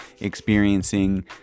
experiencing